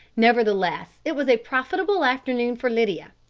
nevertheless, it was a profitable afternoon for lydia.